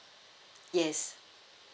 yes